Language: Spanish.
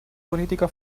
política